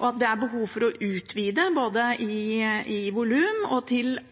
og at det er behov for å utvide både i volum og